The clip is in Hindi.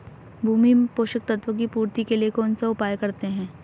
भूमि में पोषक तत्वों की पूर्ति के लिए कौनसा उपाय करते हैं?